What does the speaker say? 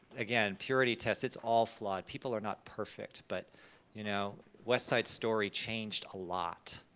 again, purity test, it's all flawed. people are not perfect, but you know, west side story changed a lot.